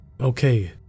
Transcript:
Okay